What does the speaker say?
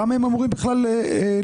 למה הם אמורים בכלל להתנגד?